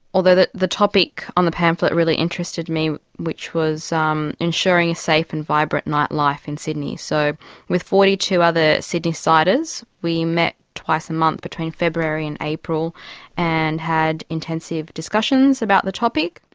although the the topic on the pamphlet really interested me, which was um ensuring a safe and vibrant nightlife in sydney. so with forty two other sydneysiders we met twice a month between february and april and had intensive discussions about the topic,